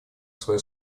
свое